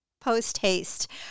post-haste